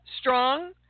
strong